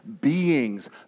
beings